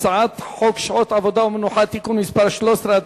הצעת חוק שעות עבודה ומנוחה (תיקון מס' 13),